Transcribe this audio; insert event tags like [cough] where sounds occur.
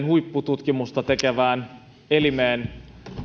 [unintelligible] huippututkimusta tekevään elimeen